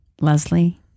Leslie